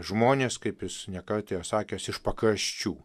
žmonės kaip jis ne kartą yra sakęs iš pakraščių